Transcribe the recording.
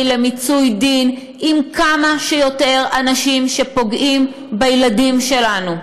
למיצוי דין עם כמה שיותר אנשים שפוגעים בילדים שלנו.